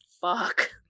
fuck